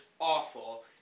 awful